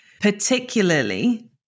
Particularly